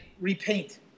repaint